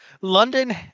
London